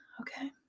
okay